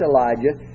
Elijah